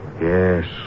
yes